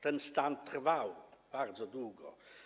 Ten stan trwał bardzo długo.